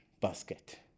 basket